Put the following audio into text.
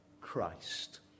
Christ